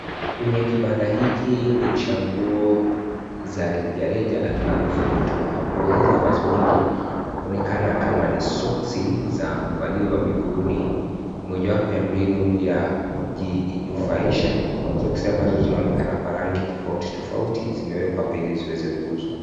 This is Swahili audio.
Kwenye kibanda hiki ni cha nguo za rejareja almarufu mitumba, nguo hizi ambazo mingi huonekana kama ni soksi za kuvaliwa miguuni. Moja wapo ya mbinu ya kujinufaisha ni soksi ambazo zinaonekana kwa rangi tofauti tofauti zimewekwa hapa ili ziweze kuuzwa.